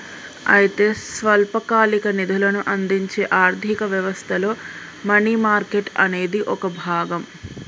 అయితే స్వల్పకాలిక నిధులను అందించే ఆర్థిక వ్యవస్థలో మనీ మార్కెట్ అనేది ఒక భాగం